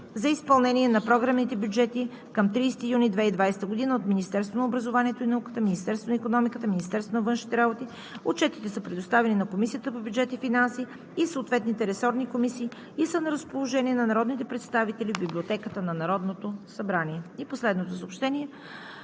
за изпълнение на програмните бюджети към 30 юни 2020 г. от: Министерството на образованието и науката, Министерството на икономиката, Министерството на външните работи. Отчетите са предоставени на Комисията по бюджет и финанси и съответните ресорни комисии и са на разположение на народните представители в Библиотеката на Народното събрание. И последното съобщение: